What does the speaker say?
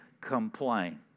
complain